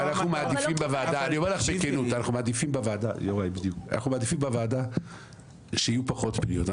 אנחנו מעדיפים בוועדה שיהיו פחות פניות,